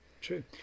true